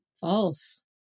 False